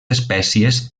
espècies